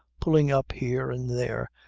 pulling up here and there,